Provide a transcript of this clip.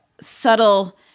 subtle